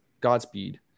Godspeed